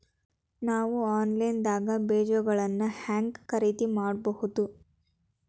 ನಾವು ಆನ್ಲೈನ್ ದಾಗ ಬೇಜಗೊಳ್ನ ಹ್ಯಾಂಗ್ ಖರೇದಿ ಮಾಡಬಹುದು?